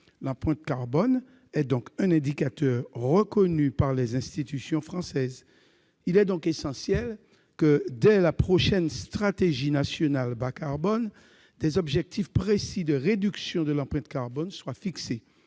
L'empreinte carbone est donc un indicateur reconnu par les institutions françaises. Il est essentiel que, dès la prochaine stratégie nationale bas-carbone, des objectifs précis de réduction de l'empreinte carbone soient fixés.